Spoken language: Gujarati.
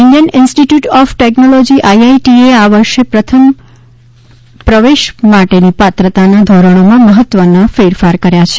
Indian institute of technology IIT એ આ વર્ષે પ્રવેશ માટેની પાત્રતાના ધોરણોમાં મહત્વનો ફેરફાર કર્યો છે